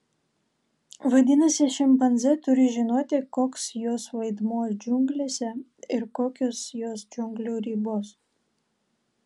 vadinasi šimpanzė turi žinoti koks jos vaidmuo džiunglėse ir kokios jos džiunglių ribos